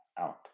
out